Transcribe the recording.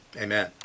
amen